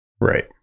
Right